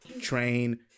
train